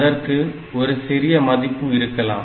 அதற்கு ஒரு சிறிய மதிப்பு இருக்கலாம்